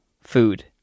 food